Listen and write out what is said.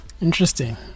Interesting